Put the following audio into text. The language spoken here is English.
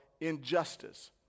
injustice